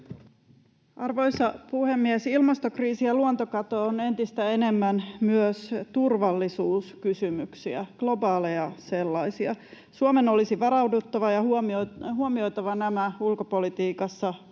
Arvoisa puhemies! Ilmastokriisi ja luontokato ovat entistä enemmän myös turvallisuuskysymyksiä, globaaleja sellaisia. Suomen olisi varauduttava ja huomioitava nämä ulkopolitiikassa